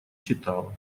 читала